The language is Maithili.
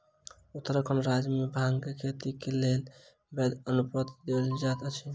उत्तराखंड राज्य मे भांगक खेती के लेल वैध अनुपत्र देल जाइत अछि